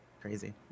crazy